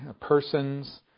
persons